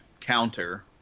counter